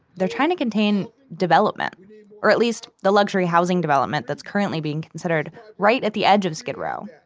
they're trying to contain development or at least the luxury housing development that's currently being considered right at the edge of skid row.